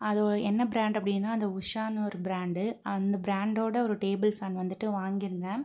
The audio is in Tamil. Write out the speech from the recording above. அது என்ன பிராண்ட் அப்படினா அந்த உஷான்னு ஒரு பிராண்டு அந்த பிராண்டோட ஒரு டேபுள் ஃபேன் வந்துட்டு வாங்கிருந்தேன்